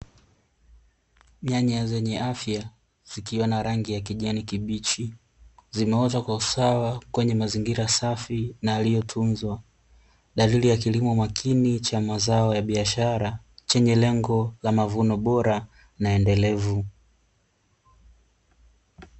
Nyanya zenye afya zikiwa na rangi ya kijani kibichi zimeota kwa usawa kwenye mazingira safi na yaliyotunzwa, dalili ya kilimo makini cha mazao ya biashara chenye lengo la mavuno bora na endelevu.